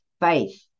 faith